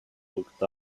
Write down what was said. looked